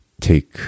take